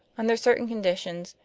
under certain conditions,